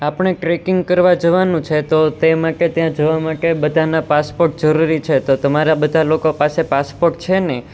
આપણે ટ્રેકિંગ કરવા જવાનું છે તો તે માટે ત્યાં જવા માટે બધાના પાસપોટ જરૂરી છે તો તમારા બધા લોકો પાસે પાસપોટ છે ને